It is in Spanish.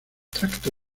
tracto